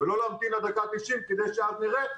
ולא להמתין עד הדקה התשעים כדי שאז נראה,